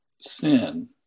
sin